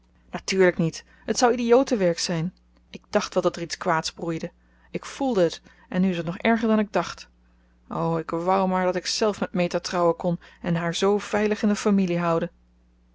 natuurlijk niet het zou idiotenwerk zijn ik dacht wel dat er iets kwaads broeide ik voelde het en nu is het nog erger dan ik dacht o ik wou maar dat ik zelf met meta trouwen kon en haar zoo veilig in de familie houden